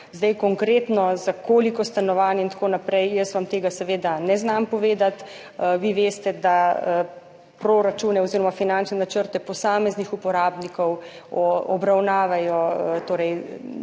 2024. Konkretno za koliko stanovanj in tako naprej vam jaz seveda ne znam povedati. Vi veste, da proračune oziroma finančne načrte posameznih uporabnikov obravnavajo